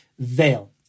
veil